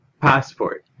Passport